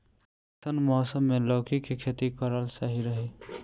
कइसन मौसम मे लौकी के खेती करल सही रही?